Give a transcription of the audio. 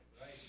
Right